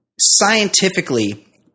scientifically